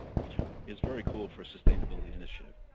which is very cool for a sustainability initiative.